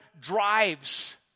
drives